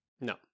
No